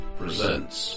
presents